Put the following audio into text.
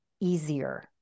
easier